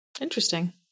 interesting